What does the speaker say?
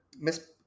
Miss